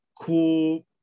cool